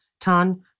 tan